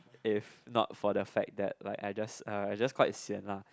if not for the fact that like I just (uh)I just quite sian lah